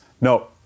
no